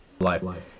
Life